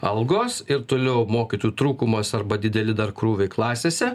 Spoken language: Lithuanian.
algos ir toliau mokytojų trūkumas arba dideli dar krūviai klasėse